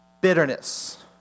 Bitterness